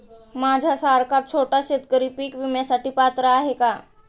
माझ्यासारखा छोटा शेतकरी पीक विम्यासाठी पात्र आहे का?